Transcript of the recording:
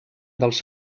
dels